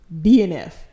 DNF